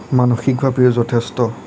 মানসিকভাৱে যথেষ্ট